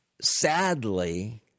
sadly